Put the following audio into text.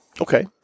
Okay